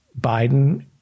Biden